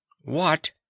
What